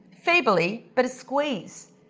feebly, but a squeeze.